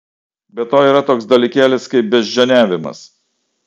be to yra toks dalykėlis kaip beždžioniavimas